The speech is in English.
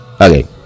Okay